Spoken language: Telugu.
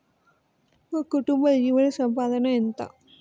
మా కుటుంబ జీవన సంపాదన ఎంత?